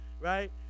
right